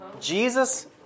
Jesus